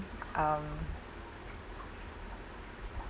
um